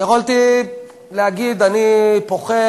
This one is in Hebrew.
יכולתי להגיד: אני פוחד,